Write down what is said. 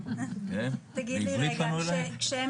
כשהיו